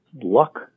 luck